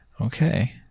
Okay